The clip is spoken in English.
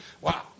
Wow